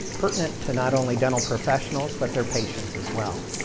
pertinent to not only dental professionals but their patients as well.